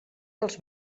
dels